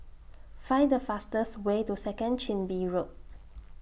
Find The fastest Way to Second Chin Bee Road